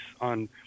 on